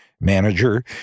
manager